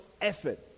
effort